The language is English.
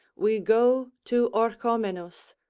we go to orchomenus,